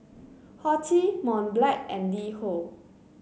Horti Mont Blanc and LiHo